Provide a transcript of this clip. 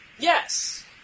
Yes